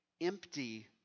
empty